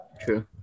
True